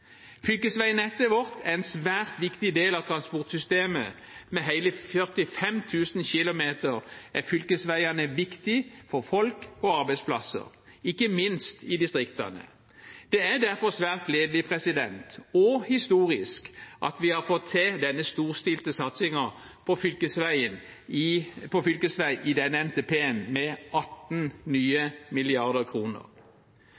Fylkesveinettet vårt er en svært viktig del av transportsystemet. Med hele 45 000 km er fylkesveiene viktige for folk og arbeidsplasser, ikke minst i distriktene. Det er derfor svært gledelig, og historisk, at vi har fått til en storstilt satsing på fylkesveier i